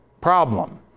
problem